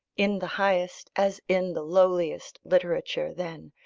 in the highest as in the lowliest literature, then,